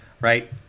right